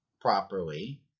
properly